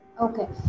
Okay